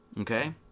Okay